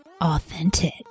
authentic